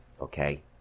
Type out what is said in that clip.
okay